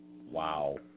Wow